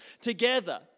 together